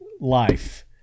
life